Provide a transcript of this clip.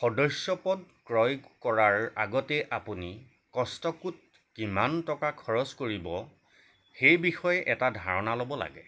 সদস্যপদ ক্ৰয় কৰাৰ আগতে আপুনি কষ্টকোত কিমান টকা খৰচ কৰিব সেই বিষয়ে এটা ধাৰণা ল'ব লাগে